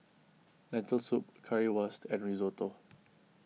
Lentil Soup Currywurst and Risotto